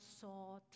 saw